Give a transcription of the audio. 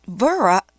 vera